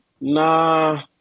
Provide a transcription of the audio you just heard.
nah